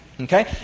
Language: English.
Okay